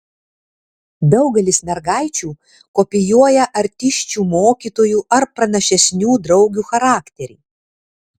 daugelis mergaičių kopijuoja artisčių mokytojų ar pranašesnių draugių charakterį